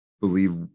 believe